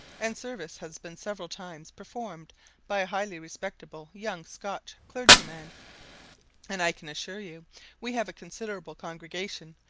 and service has been several times performed by a highly respectable young scotch clergyman and i can assure you we have a considerable congregation,